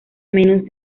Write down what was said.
menos